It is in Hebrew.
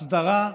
הסדרה,